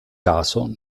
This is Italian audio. caso